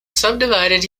subdivided